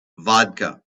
vodka